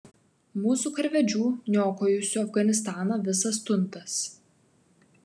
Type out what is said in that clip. mūsų karvedžių niokojusių afganistaną visas tuntas